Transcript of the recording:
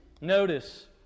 Notice